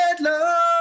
love